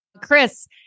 Chris